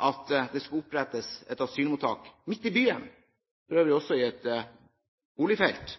at det skulle opprettes et asylmottak midt i byen, for øvrig også i et boligfelt,